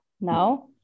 now